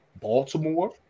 Baltimore